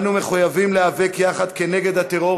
אנו מחויבים להיאבק יחד כנגד הטרור